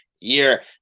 year